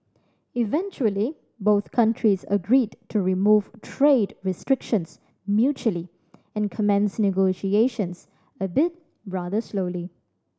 eventually both countries agreed to remove trade restrictions mutually and commence negotiations albeit rather slowly